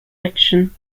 action